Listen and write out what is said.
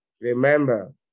Remember